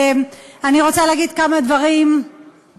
אני רוצה להגיד כמה דברים אחרים,